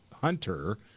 Hunter